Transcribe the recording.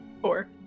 Four